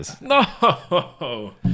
No